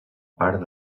part